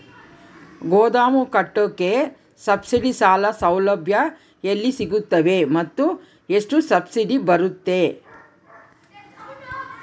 ಗೋದಾಮು ಕಟ್ಟೋಕೆ ಸಬ್ಸಿಡಿ ಸಾಲ ಸೌಲಭ್ಯ ಎಲ್ಲಿ ಸಿಗುತ್ತವೆ ಮತ್ತು ಎಷ್ಟು ಸಬ್ಸಿಡಿ ಬರುತ್ತೆ?